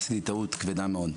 עשיתי טעות כבדה מאוד.